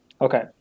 Okay